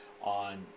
on